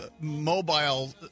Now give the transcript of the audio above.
mobile